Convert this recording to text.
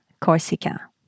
Corsica